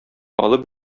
алып